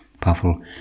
powerful